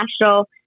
National